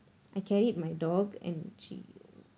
I carried my dog and she